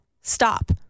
Stop